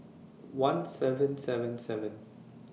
one seven seven seven